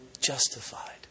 justified